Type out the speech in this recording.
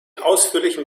ausführlichen